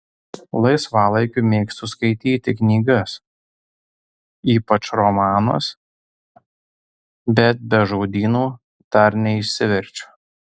laisvalaikiu mėgstu skaityti knygas ypač romanus bet be žodyno dar neišsiverčiu